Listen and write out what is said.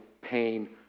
pain